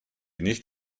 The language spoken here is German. nicht